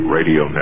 Radio